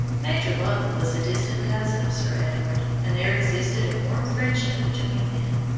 major lovell was a distant cousin of sir edward, and there existed a warm friendship between them.